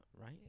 right